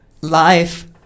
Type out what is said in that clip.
Life